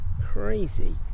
Crazy